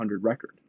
record